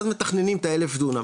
ואז מתכננים את ה- 1000 דונם,